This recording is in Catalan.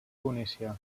tunisià